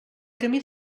camí